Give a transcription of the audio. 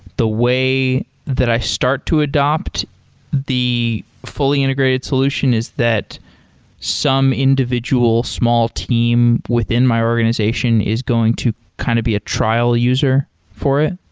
the way that i start to adapt the fully integrated solution is that some individual small team within my organization is going to kind of a be trial user for it?